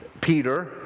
Peter